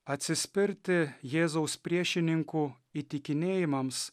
atsispirti jėzaus priešininkų įtikinėjimams